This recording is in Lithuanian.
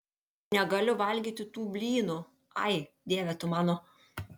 negaliu valgyti tų blynų ai dieve tu mano